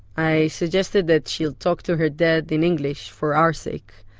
i suggested that she talk to her dad, in english, for our sake,